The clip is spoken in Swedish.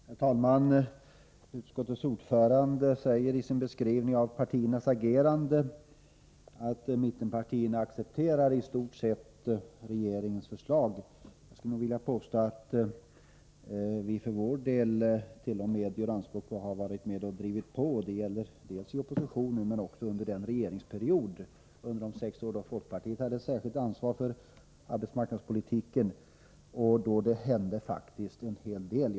Herr talman! Utskottets ordförande säger i sin beskrivning av partiernas agerande att mittenpartierna i stort sett accepterar regeringens förslag. Jag skulle vilja påstå att vi för vår del t.o.m. gör anspråk på att ha varit med och drivit på dels i opposition, dels under den regeringsperiod då folkpartiet under sex år hade ett särskilt ansvar för arbetsmarknadspolitiken och då det faktiskt hände en hel del.